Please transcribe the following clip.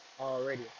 already